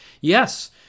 yes